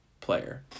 player